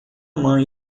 mãe